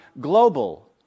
global